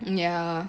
ya